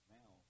now